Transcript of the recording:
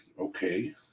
Okay